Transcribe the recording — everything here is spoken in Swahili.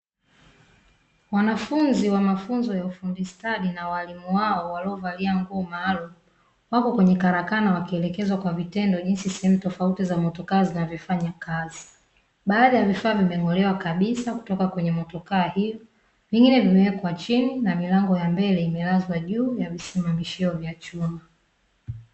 Wanafunzi wa mafunzo ya ufundi stadi na walimu wao, waliovalia nguo maalumu, wako kwenye karakana wakielekezwa kwa vitendo, jinsi sehemu tofauti za motokaa zinavyofanya kazi, baada ya vifaa vimeng'olewa kabisa, kutoka kwenye motokaa hii, vingine vimewekwa chini, na milango ya mbele imelazwa juu ya visimamishio vya chuma.